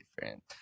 different